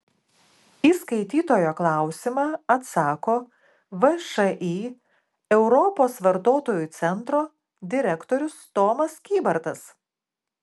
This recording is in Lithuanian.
į skaitytojo klausimą atsako všį europos vartotojų centro direktorius tomas kybartas